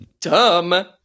Dumb